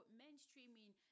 mainstreaming